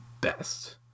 best